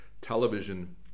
television